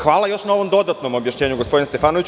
Hvala još na ovom dodatnom objašnjenju, gospodine Stefanoviću.